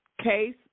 case